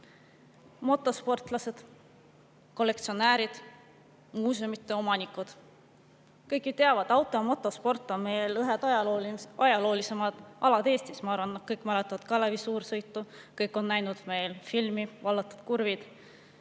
Motosportlased, kollektsionäärid, muuseumide omanikud – kõik ju teavad, et auto- ja motosport on meil ühed ajaloolisemad alad Eestis. Ma arvan, et kõik mäletavad Kalevi suursõitu, kõik on näinud filmi "Vallatud kurvid".